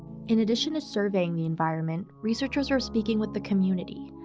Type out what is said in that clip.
in addition to surveying the environment, researchers are speaking with the community,